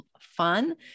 fun